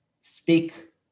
speak